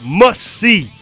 must-see